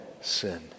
sin